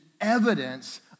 evidence